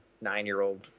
nine-year-old